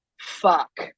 fuck